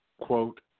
quote